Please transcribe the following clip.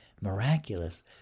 miraculous